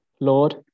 Lord